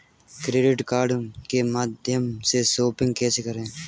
Credit card के माध्यम से शॉपिंग कैसे करें?